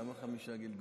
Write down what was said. למה חמישה גלגולים?